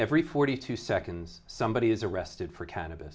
every forty two seconds somebody is arrested for can